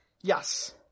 yes